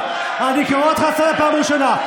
אני קורא אותך לסדר פעם ראשונה.